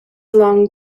long